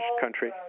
country